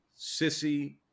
Sissy